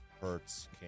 Hurts